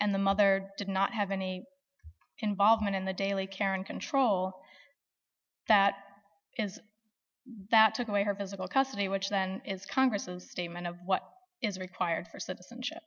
and the mother did not have any involvement in the daily care and control that is that took away her physical custody which then is congress's statement of what is required for citizenship